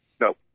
No